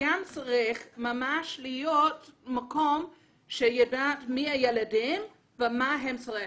צריך לדעת מי הילדים ומה הם צריכים.